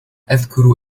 أذكر